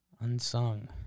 Unsung